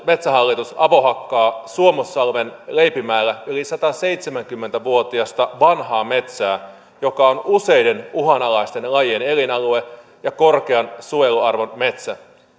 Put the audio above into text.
metsähallitus avohakkaa suomussalmen leipimäellä yli sataseitsemänkymmentä vuotiasta vanhaa metsää joka on useiden uhanalaisten lajien elinalue ja korkean suojeluarvon metsä